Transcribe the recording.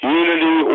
unity